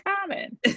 common